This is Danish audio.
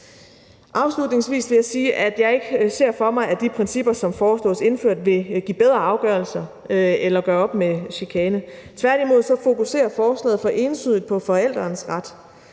Afslutningsvis vil jeg sige, at jeg ikke ser for mig, at de principper, som foreslås indført, vil give bedre afgørelser eller gøre op med chikane. Tværtimod fokuserer forslaget for entydigt på forældrenes ret,